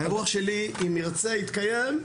האירוח שלי אם ירצה - יתקיים,